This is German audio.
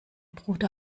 bruder